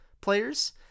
players